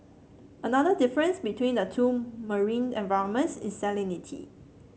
another difference between the two marine environments is salinity